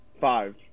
five